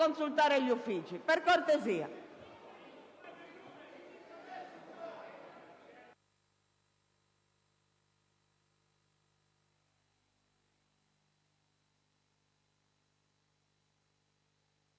consultare gli Uffici. Per cortesia!